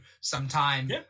sometime